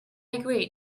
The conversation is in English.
agree